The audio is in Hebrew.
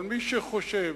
אבל אם מישהו חושב,